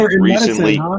recently